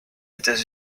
états